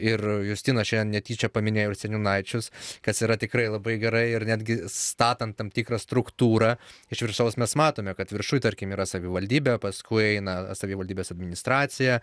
ir justinas šiandien netyčia paminėjo ir seniūnaičius kas yra tikrai labai gerai ir netgi statant tam tikrą struktūrą iš viršaus mes matome kad viršuj tarkim yra savivaldybė paskui eina savivaldybės administracija